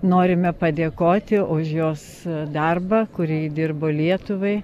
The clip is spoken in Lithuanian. norime padėkoti už jos darbą kurį ji dirbo lietuvai